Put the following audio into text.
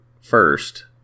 first